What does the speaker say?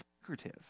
secretive